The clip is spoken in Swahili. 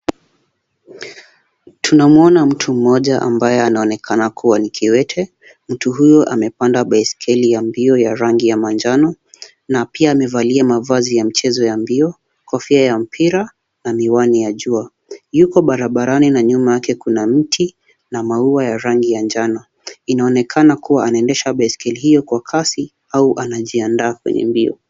Tunamuona mtu mmoja ambaye anaonekana kuwa ni kiwete. Mtu huyu amepanda baiskeli ya mbio ya rangi ya manjano, na pia amevalia mavazi ya mchezo ya mbio, kofia ya mpira na miwani ya jua. Yuko barabarani na nyuma yake kuna mti na maua ya rangi ya njano. Inaonekana kuwa anaendesha baiskeli hiyo kwa kasi au anajiandaa kwenye mbio.